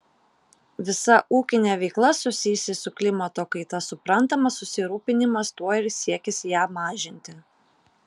visa ūkinė veikla susijusi su klimato kaita suprantamas susirūpinimas tuo ir siekis ją mažinti